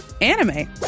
anime